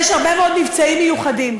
יש הרבה מאוד מבצעים מיוחדים,